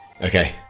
Okay